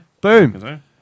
boom